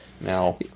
now